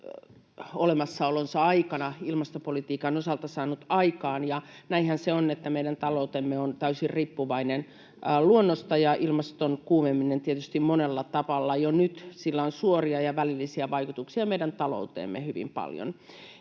olemassaolonsa aikana ilmastopolitiikan osalta saanut aikaan. Ja näinhän se on, että meidän taloutemme on täysin riippuvainen luonnosta ja ilmaston kuumenemisella on tietysti monella tavalla jo nyt suoria ja välillisiä vaikutuksia meidän talouteemme hyvin paljon.